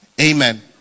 amen